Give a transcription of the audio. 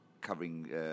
covering